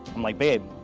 i'm like, babe,